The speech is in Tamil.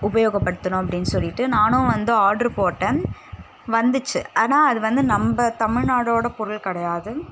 உபயோகப்படுத்தணும் அப்படின்னு சொல்லிட்டு நானும் வந்து ஆட்ரு போட்டேன் வந்துச்சு ஆனால் அது வந்து நம்ம தமிழ்நாடோட பொருள் கிடையாது